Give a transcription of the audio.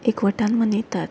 एकवटान मनयतात